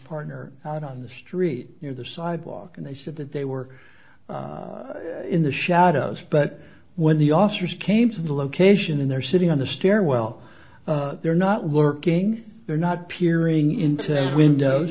partner i don't the street you know the sidewalk and they said that they were in the shadows but when the officers came to the location and they're sitting on the stairwell they're not working they're not peering into windows